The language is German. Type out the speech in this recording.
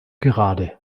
gerade